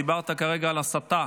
דיברת כרגע על הסתה,